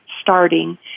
starting